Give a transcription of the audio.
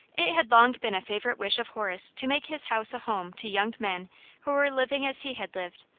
it had long been a favourite wish of horace to make his house a home to young men who were living as he had lived,